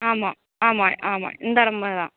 ஆமாம் ஆமாம் ஆமாம் இந்த நம்பர் தான்